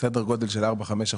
סדר גודל של 4%-5%.